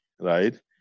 right